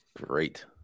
Great